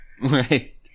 right